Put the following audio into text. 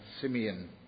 Simeon